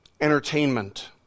entertainment